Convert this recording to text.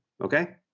Okay